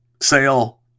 sale